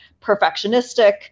perfectionistic